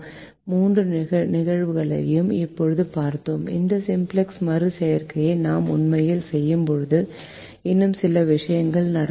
மூன்று நிகழ்வுகளையும் இப்போது பார்த்தோம் இந்த சிம்ப்ளக்ஸ் மறு செய்கையை நாம் உண்மையில் செய்யும்போது இன்னும் சில விஷயங்கள் நடக்கக்கூடும்